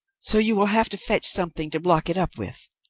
so you will have to fetch something to block it up with.